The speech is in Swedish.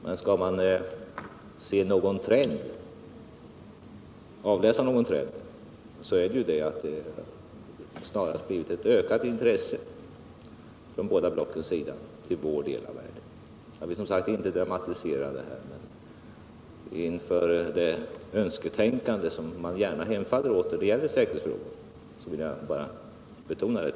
Men skall man avläsa någon trend så är det att det snarast har blivit ett ökat intresse för vår del av världen från båda blocken. Jag vill som sagt inte dramatisera detta, men inför det önsketänkande man gärna hemfaller åt då det gäller säkerhetsfrågor vill jag betona det.